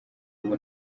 ubu